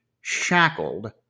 shackled